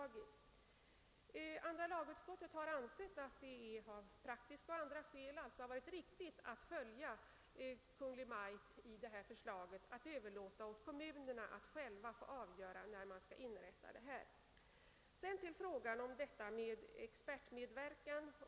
Andra lagutskottet har ansett det riktigt att följa propositionens förslag och överlåta åt kommunerna att själva avgöra när dessa nämnder skall inrättas. Så till frågan om expertmedverkan.